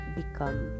become